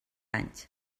anys